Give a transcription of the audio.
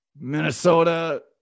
Minnesota